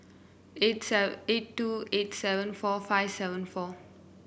eight seven eight two eight seven four five seven four